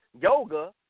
yoga